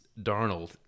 Darnold